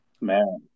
Man